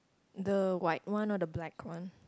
the white one or the black one